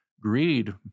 greed